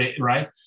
right